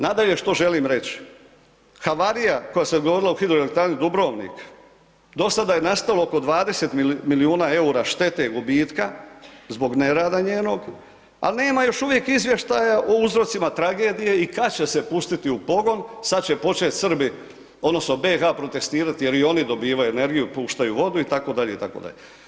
Nadalje, što želim reći havarija koja se dogodila u Hidroelektrani Dubrovnik do sada je nastalo oko 20 milijuna EUR-a štete, gubitka zbog nerada njenog, al nema još uvijek izvještaja o uzrocima tragedije i kad će se pustiti u pogon, sad će počet Srbi odnosno BiH protestirat jer i oni dobivaju energiju, puštaju vodu itd., itd.